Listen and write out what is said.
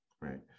right